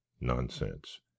nonsense